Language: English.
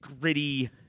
gritty